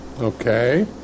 okay